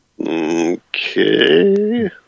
Okay